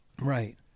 right